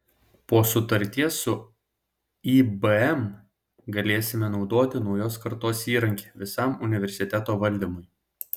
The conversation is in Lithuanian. po sutarties su ibm galėsime naudoti naujos kartos įrankį visam universiteto valdymui